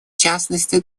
частности